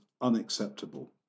unacceptable